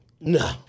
No